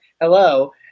hello